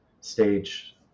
stage